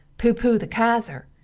pooh-pooh the kaiser,